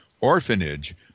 orphanage